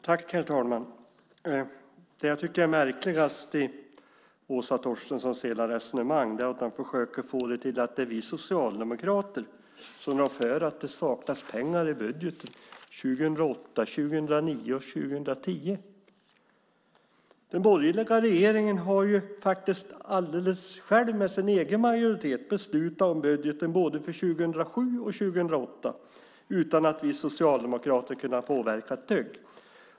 Herr talman! Det jag tycker är märkligast i Åsa Torstenssons hela resonemang är att hon försöker få det till att det är vi socialdemokrater som rår för att det saknas pengar i budgeten 2008, 2009 och 2010. Den borgerliga regeringen har ju faktiskt alldeles själv, med sin egen majoritet, beslutat om budgeten både för 2007 och 2008 utan att vi socialdemokrater har kunnat påverka ett dugg.